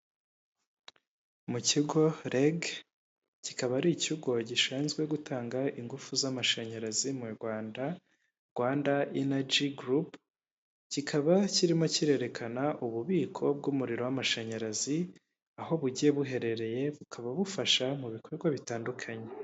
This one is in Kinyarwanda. Mu kigo REG, kikaba ari Ikigo Gishinzwe Gutanga Ingufu z'Amashanyarazi mu Rwanda, Rwanda Energy Group, kikaba kirimo kirerekana ububiko bw'umuriro w'amashanyarazi, aho bugiye buherereye, bukaba bufasha mu bikorwa bitandukanye.